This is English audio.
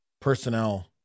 personnel